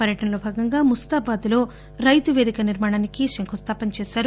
పర్వ టనలో భాగంగా ముస్తాబాద్లో రైతు వేదిక నిర్మాణానికి మంత్రులు శంకుస్థాపన చేశారు